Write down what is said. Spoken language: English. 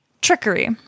trickery